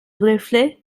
reflet